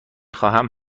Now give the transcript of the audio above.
خواهم